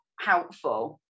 helpful